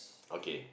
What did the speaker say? okay